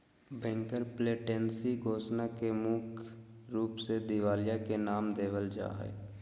bankruptcy घोषणा के ही मुख्य रूप से दिवालिया के नाम देवल जा हय